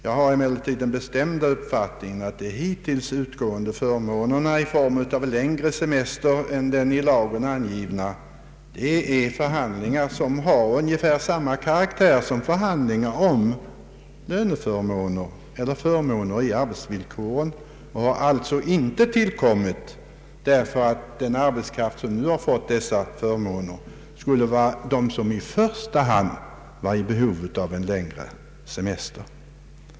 Jag har den bestämda uppfattningen att de nu utgående förmånerna i form av längre semester än den i lagen angivna har tillkommit efter förhandlingar som har ungefär samma karaktär som förhandlingar om löneförmåner eller förmåner i arbetsvillkoren i Övrigt. De har alltså inte tillkommit med hänsyn till att den arbetskraft som har fått dessa förmåner skulle vara den som i första hand är i behov av längre semester.